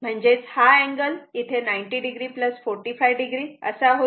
म्हणजेच हा angle 90 o 45 o असा होईल